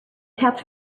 helped